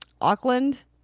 Auckland